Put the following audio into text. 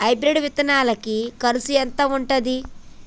Hybrid విత్తనాలకి కరుసు ఎంత ఉంటది?